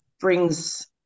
brings